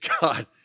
God